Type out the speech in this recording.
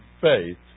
faith